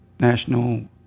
National